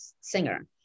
singer